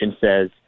says